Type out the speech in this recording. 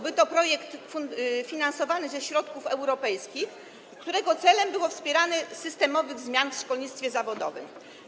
Był to projekt finansowany ze środków europejskich, którego celem było wspieranie systemowych zmian w szkolnictwie zawodowym.